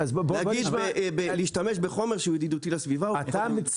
להגיד להשתמש בחומר שהוא ידידותי לסביבה או לא.